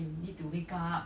um